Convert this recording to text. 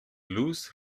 loose